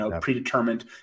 predetermined